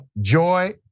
Joy